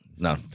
No